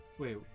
Wait